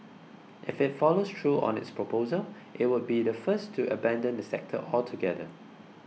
if it follows through on its proposal it would be the first to abandon the sector altogether